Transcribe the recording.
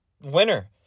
winner